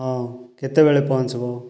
ହଁ କେତେବେଳେ ପହଞ୍ଚିବ